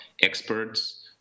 experts